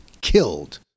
killed